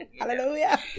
Hallelujah